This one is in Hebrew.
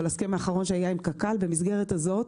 אבל ההסכם האחרון שהיה עם קק"ל במסגרת הזאת,